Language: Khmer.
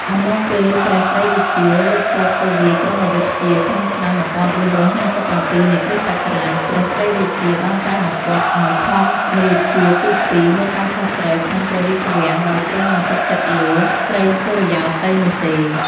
អំឡុងពេលព្រះស្រីរាជា លើកទ័ពទៅវាយក្រុងអាយុធ្យា ក្នុងឆ្នាំ ១៤៥៧ នៃគ.សករាជ ព្រះស្រីរាជា បានត្រាសបង្គាប់ឱ្យ ធម្មរាជាទី២ មើលការខុសត្រូវក្នុងព្រះរាជវាំង ដោយទ្រង់មិនទុកចិត្តលើ ស្រីសុរិយោទ័យ នោះទេ ។